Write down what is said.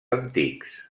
antics